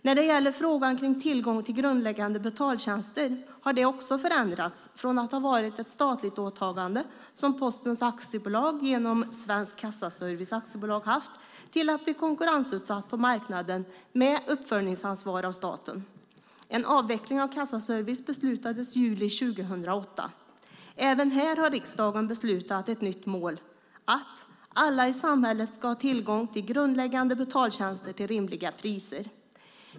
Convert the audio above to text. När det gäller frågan om tillgång till grundläggande betaltjänster har det också förändrats från att ha varit ett statligt åtagande som Posten AB genom Svensk Kassaservice AB haft till att bli konkurrensutsatt på marknaden och med uppföljningsansvar för staten. En avveckling av kassaservice beslutades i juli 2008. Även här har riksdagen beslutat om ett nytt mål, nämligen att alla i samhället ska ha tillgång till grundläggande betaltjänster till rimliga priser.